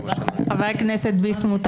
חבר הכנסת ביסמוט,